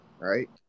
right